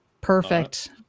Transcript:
Perfect